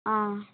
ஆ